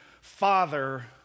father